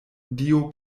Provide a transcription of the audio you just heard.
dio